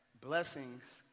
blessings